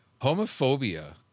homophobia